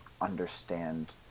understand